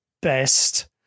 best